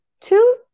two